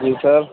جی سر